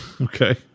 Okay